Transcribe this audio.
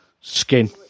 Skin